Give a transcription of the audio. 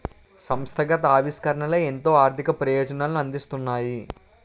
సంస్థాగత ఆవిష్కరణలే ఎంతో ఆర్థిక ప్రయోజనాలను అందిస్తున్నాయి